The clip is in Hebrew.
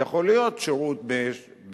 זה יכול להיות שירות במשטרה,